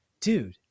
dude